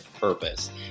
purpose